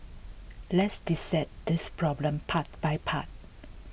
let's dissect this problem part by part